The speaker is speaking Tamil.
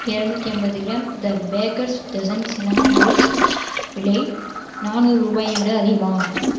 இரநூத்தி ஐம்பது gram the baker's dozen cinnamon rolls விலை நாநூறு ரூபாயை விட அதிகமா